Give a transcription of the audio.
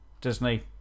Disney